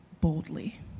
boldly